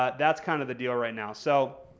ah that's kind of the deal right now. so,